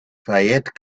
fayette